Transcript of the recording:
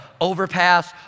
overpass